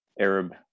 Arab